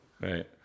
Right